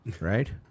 Right